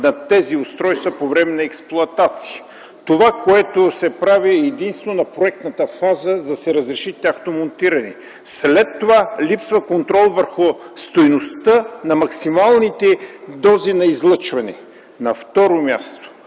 над тези устройства по време на експлоатацията. Това, което се прави, е единствено на проектната фаза, за да се разреши тяхното монтиране. След това липсва контрол върху стойността на максималните дози на излъчване. На второ място,